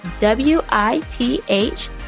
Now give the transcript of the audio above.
W-I-T-H